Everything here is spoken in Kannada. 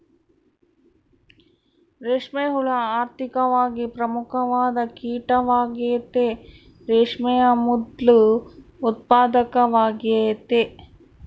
ರೇಷ್ಮೆ ಹುಳ ಆರ್ಥಿಕವಾಗಿ ಪ್ರಮುಖವಾದ ಕೀಟವಾಗೆತೆ, ರೇಷ್ಮೆಯ ಮೊದ್ಲು ಉತ್ಪಾದಕವಾಗೆತೆ